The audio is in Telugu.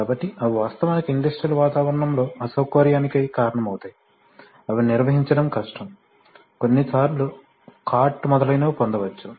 కాబట్టి అవి వాస్తవానికి ఇండస్ట్రియల్ వాతావరణంలో అసౌకర్యానికి కారణమవుతాయి అవి నిర్వహించడం కష్టం కొన్నిసార్లు కార్ట్ మొదలైనవి పొందవచ్చు